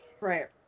right